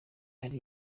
ari